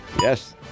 Yes